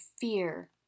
fear